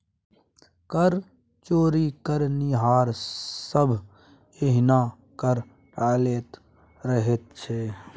कर चोरी करनिहार सभ एहिना कर टालैत रहैत छै